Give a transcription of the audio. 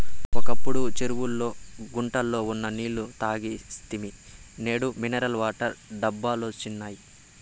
ఒకప్పుడు చెరువుల్లో గుంటల్లో ఉన్న నీళ్ళు తాగేస్తిమి నేడు మినరల్ వాటర్ డబ్బాలొచ్చినియ్